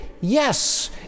Yes